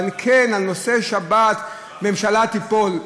אבל כן, על נושא השבת ממשלה תיפול.